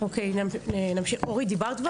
אוקי, נמשיך, אורית סיימת?